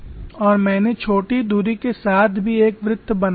और मैंने छोटी धुरी के साथ भी एक वृत्त बनाया है